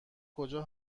کجا